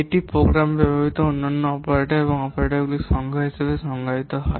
এটি প্রোগ্রামে ব্যবহৃত অনন্য অপারেটর এবং অপারেটরগুলির সংখ্যা হিসাবে সংজ্ঞায়িত হয়